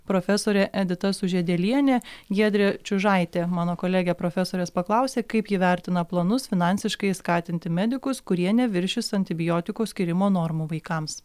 profesorė edita sužiedelienė giedrė čiužaitė mano kolegė profesorės paklausė kaip ji vertina planus finansiškai skatinti medikus kurie neviršys antibiotikų skyrimo normų vaikams